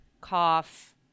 cough